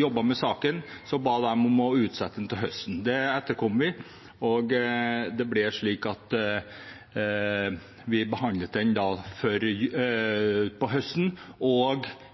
jobbet med saken, om å utsette den til høsten, og det etterkom vi. Vi behandlet den på høsten, og da kom spørsmålet om å vurdere det lovmessige i Høyesterett. Det ble vedtatt den